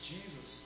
Jesus